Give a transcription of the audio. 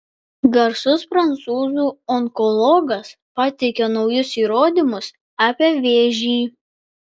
garsus prancūzų onkologas pateikia naujus įrodymus apie vėžį